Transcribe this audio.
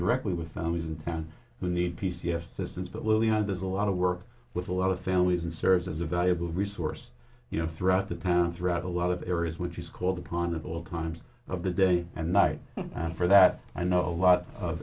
directly with families in town who need p c s systems that will you know there's a lot of work with a lot of families and serves as a valuable resource you know throughout the town throughout a lot of areas which is called upon at all times of the day and night and for that i know a lot of